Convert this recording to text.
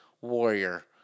warrior